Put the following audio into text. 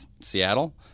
Seattle